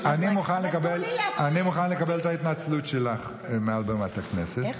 אני מוכן לקבל את ההתנצלות שלך מעל במת הכנסת.